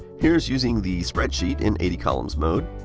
here's using the spreadsheet in eighty columns mode.